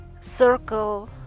circle